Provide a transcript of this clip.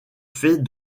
fait